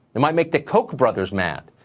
it might make the koch brothers mad.